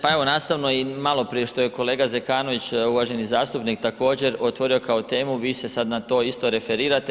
Pa evo nastavno i maloprije što je kolega Zekanović, uvaženi zastupnik također, otvorio kao temu, vi se sad na to isto referirate.